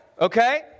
okay